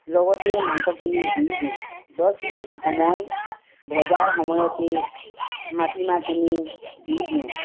লগতে মাংসখিনি দি দিওঁ দহ মিনিট সময় ভজাৰ সময়তে মাতি মাহখিনি দি দিওঁ